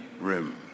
room